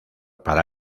para